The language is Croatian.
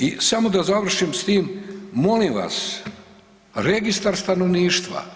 I samo da završim s tim, molim vas registar stanovništva.